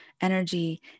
energy